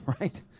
right